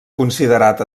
considerat